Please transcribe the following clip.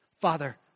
Father